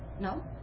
No